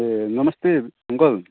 ए नमस्ते अङ्कल